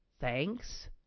thanks